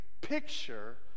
picture